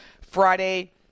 Friday